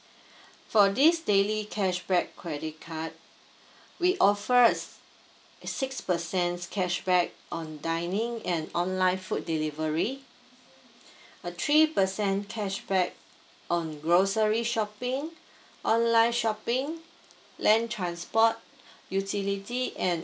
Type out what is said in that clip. for this daily cashback credit card we offer is six percent cashback on dining and online food delivery a three percent cashback on grocery shopping online shopping land transport utility and